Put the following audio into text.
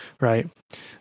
Right